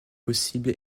possible